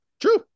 True